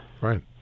Right